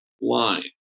line